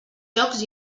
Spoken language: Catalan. jocs